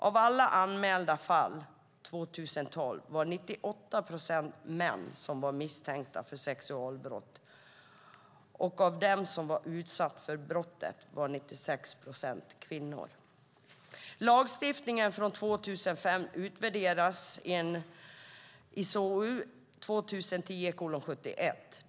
Av alla anmälda fall 2012 var det 98 procent män som var misstänkta för sexualbrott, och av dem som var utsatta för brottet var 96 procent kvinnor. Lagstiftningen från 2005 utvärderas i SOU 2010:71.